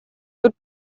good